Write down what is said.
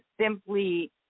simply